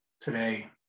today